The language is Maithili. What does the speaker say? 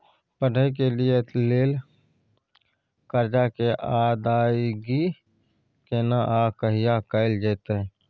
पढै के लिए लेल कर्जा के अदायगी केना आ कहिया कैल जेतै?